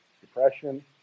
depression